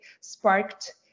sparked